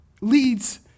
leads